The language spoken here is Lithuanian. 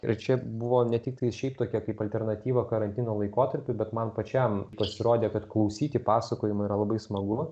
ir čia buvo ne tiktai šiaip tokia kaip alternatyva karantino laikotarpiu bet man pačiam pasirodė kad klausyti pasakojimų yra labai smagu